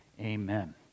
amen